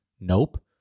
Nope